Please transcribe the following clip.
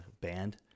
band